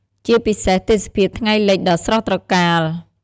ជាពិសេសទេសភាពថ្ងៃលិចដ៏ស្រស់ត្រកាល។